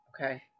Okay